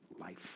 life